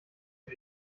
für